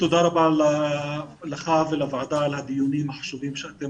תודה רבה לך ולוועדה על הדיונים החשובים שאתם